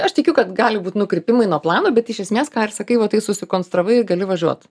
aš tikiu kad gali būt nukrypimai nuo plano bet iš esmės ką ir sakai va tai susikonstravai gali važiuot